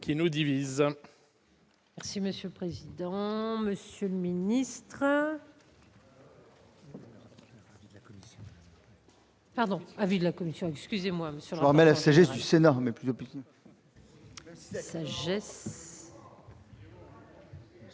qui nous divisent